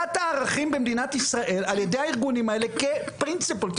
הפרטת הערכים במדינת ישראל על ידי הארגונים האלה כעיקרון,